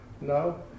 No